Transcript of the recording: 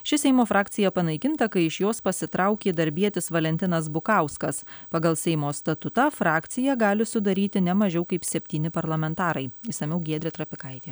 ši seimo frakcija panaikinta kai iš jos pasitraukė darbietis valentinas bukauskas pagal seimo statutą frakciją gali sudaryti ne mažiau kaip septyni parlamentarai išsamiau giedrė trapikaitė